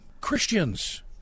Christians